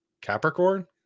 capricorn